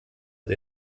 der